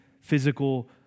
physical